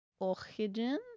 Oxygen